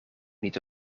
niet